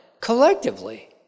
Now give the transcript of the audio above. collectively